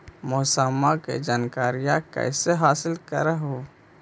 मौसमा के जनकरिया कैसे हासिल कर हू?